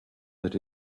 that